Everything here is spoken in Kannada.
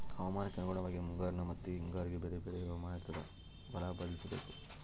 ಹವಾಮಾನಕ್ಕೆ ಅನುಗುಣವಾಗಿ ಮುಂಗಾರಿನ ಮತ್ತಿ ಹಿಂಗಾರಿಗೆ ಬೇರೆ ಬೇರೆ ಹವಾಮಾನ ಇರ್ತಾದ ಫಲ ಬದ್ಲಿಸಬೇಕು